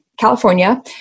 California